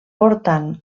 portant